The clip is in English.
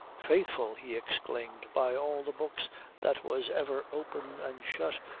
faithful! he exclaimed. by all the books that was ever opened an' shut,